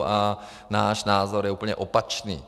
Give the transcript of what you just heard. A náš názor je úplně opačný.